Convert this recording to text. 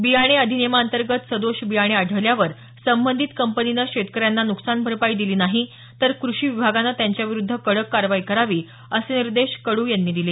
बियाणे अधिनियमाअंतर्गत सदोष बियाणे आढळल्यावर संबंधित कंपनीनं शेतकऱ्यांना नुकसानभरपाई दिली नाही तर कृषी विभागानं त्यांच्याविरुद्ध कडक कारवाई करावी असे निर्देश कडू यांनी दिले